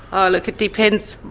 ah look, it depends.